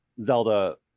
Zelda